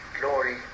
Glory